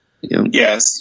Yes